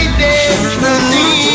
destiny